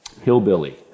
hillbilly